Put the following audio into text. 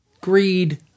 greed